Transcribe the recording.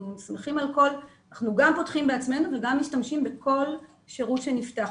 אנחנו גם פותחים בעצמנו וגם משתמשים בכל שירות שנפתח.